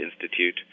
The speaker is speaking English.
Institute